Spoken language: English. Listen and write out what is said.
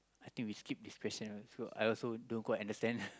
I think we skip this question ah so I also don't quite understand